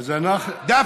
לא, אז אנחנו, שתאכל משהו.